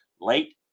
late